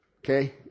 Okay